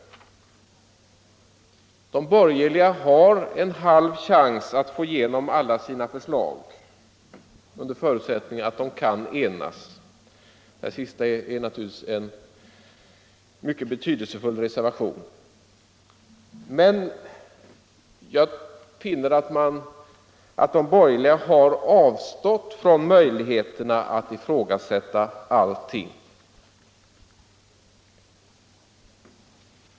De borgerliga har en halv chans att få igenom alla sina förslag, under förutsättning att de kan enas. Det sistnämnda är naturligtvis en mycket betydelsefull reservation. Men jag finner att de borgerliga har avstått från möjligheterna att ifrågasätta allting.